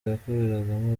yakoreragamo